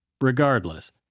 Regardless